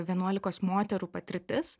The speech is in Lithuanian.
vienuolikos moterų patirtis